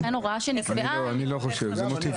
אני לא חושב כך.